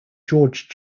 george